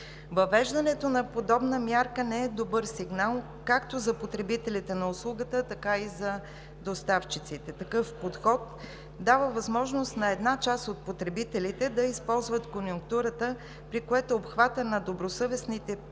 Въвеждането на подобна мярка не е добър сигнал както за потребителите на услугата, така и за доставчиците. Такъв подход дава възможност на една част от потребителите да използват конюнктурата, при което обхватът на добросъвестните платци